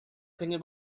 thinking